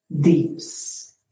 deeps